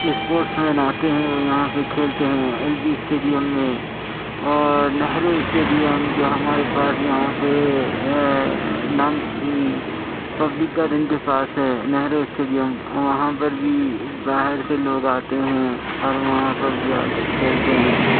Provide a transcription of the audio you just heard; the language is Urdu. اسپوٹس مین آتے ہیں وہ یہاں پہ کھیلتے ہیں ایل وی اسٹیڈیم میں اور نہرو اسٹیڈیم جو ہمارے پاس یہاں پہ نام پبلک گارڈن کے پاس ہے نہرو اسٹیڈیم وہاں پر بھی باہر سے لوگ آتے ہیں اور وہاں پر بھی آ کر کھیلتے ہیں